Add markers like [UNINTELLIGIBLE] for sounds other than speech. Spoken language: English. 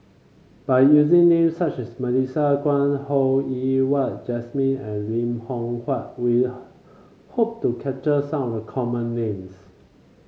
by using names such as Melissa Kwee Ho Yen Wah Jesmine and Lim Loh Huat we [UNINTELLIGIBLE] hope to capture some of the common names